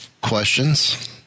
Questions